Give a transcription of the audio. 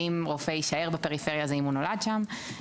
האם רופא יישאר בפריפריה זה אם הוא נולד שם,